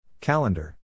Calendar